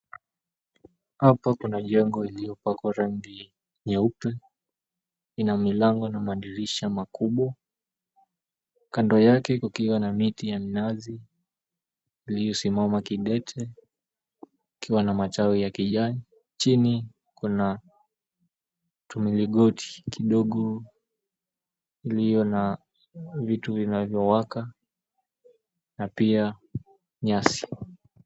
Hapa kuna jengo lililopakwa rangi nyeupe, ina milango na madirisha makubwa, kando yake kukiwa na miti ya minazi iliyosimama kidete, ikiwa na matawi ya kijani. Chini kuna milingoti iliyo na vitu vinavyowaka na pia nyasi.